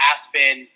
Aspen